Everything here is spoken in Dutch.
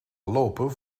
lopen